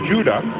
Judah